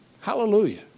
Hallelujah